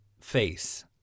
face